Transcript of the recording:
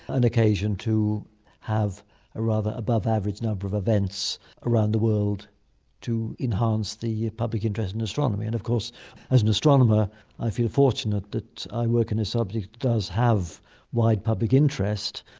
an occasion to have a rather above average number of events around the world to enhance the public interest in astronomy. and of course as an astronomer i feel fortunate that i work in a subject that does have wide public interest.